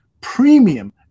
premium